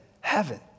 heaven